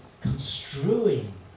construing